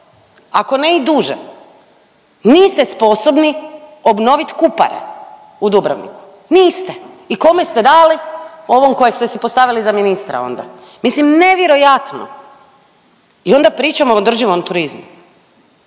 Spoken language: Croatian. ako ne i duže niste sposobni obnovit Kupare u Dubrovniku. Niste! I kome ste dali? Ovom kojeg ste si postavili za ministra onda. Mislim nevjerojatno i onda pričamo o održivom turizmu.